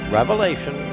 Revelation